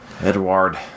Edward